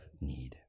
need